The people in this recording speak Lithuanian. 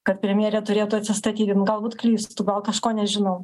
kad premjerė turėtų atsistatydint galbūt klystu gal kažko nežinau